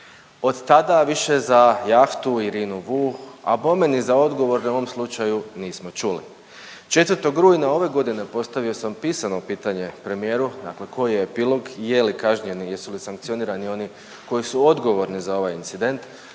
od tada više za jahtu Irinu VU, a bome ni za odgovorne u ovom slučaju nismo čuli. 4. rujna ove godine postavio sam pisano pitanje premijeru nakon koje je epilog je li kažnjen i jesu li sankcionirani oni koji su odgovorni za ovaj incident